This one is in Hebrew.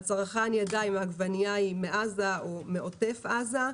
והצרכן יוכל לדעת אם העגבנייה היא מעזה או מעוטף עזה.